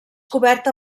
coberta